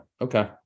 okay